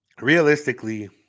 realistically